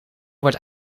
wordt